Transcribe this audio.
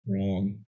wrong